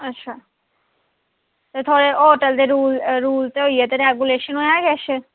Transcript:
अच्छा ते थुआढ़े होटल दे रूल रूल ते होई गे ते रेगुलेशन ऐ किश